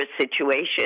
situation